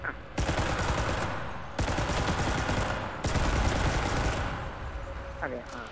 ആ അതെ ആ